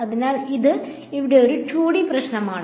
അതിനാൽ ഇത് ഇവിടെ ഒരു 2D പ്രശ്നമാണ്